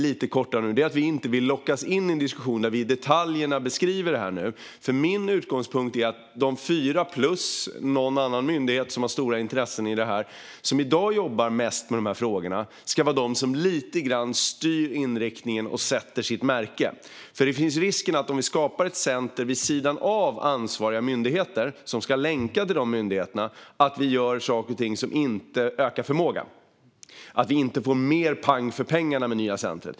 Anledningen är att vi inte vill lockas in i en diskussion där vi beskriver centret i detalj. Min utgångspunkt är att de fyra myndigheter, och någon annan myndighet, som har stora intressen i dessa frågor och som i dag jobbar mest med frågorna ska vara de som styr inriktningen och sätter sitt märke. Det finns en risk att om vi skapar ett center vid sidan av ansvariga myndigheter, som ska länka till dessa myndigheter, gör vi saker som inte ökar förmågan - att det inte blir mer "pang" för pengarna med det nya centret.